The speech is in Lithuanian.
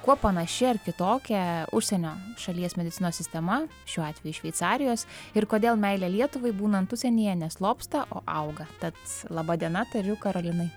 kuo panaši ar kitokia užsienio šalies medicinos sistema šiuo atveju šveicarijos ir kodėl meilė lietuvai būnant užsienyje ne slopsta o auga tad laba diena tariu karolinai